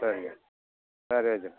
சரிங்க சரி வைக்கிறேன்